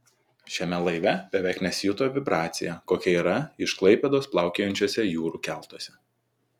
šiame laive beveik nesijuto vibracija kokia yra iš klaipėdos plaukiojančiuose jūrų keltuose